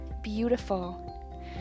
beautiful